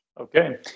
Okay